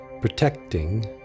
protecting